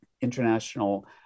international